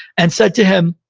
and said to him,